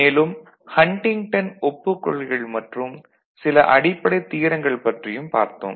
மேலும் ஹன்டிங்டன் ஒப்புக் கொள்கைகள் மற்றும் சில அடிப்படைத் தியரங்கள் பற்றியும் பார்த்தோம்